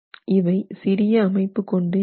இவை சிறிய அமைப்பு கொண்டு இருக்கும்